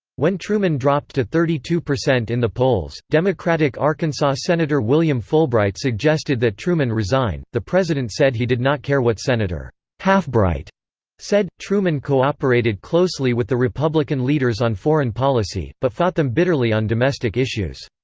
when truman dropped to thirty two percent in the polls, democratic arkansas senator william fulbright suggested that truman resign the president said he did not care what senator halfbright said truman cooperated closely with the republican leaders on foreign policy, but fought them bitterly on domestic issues.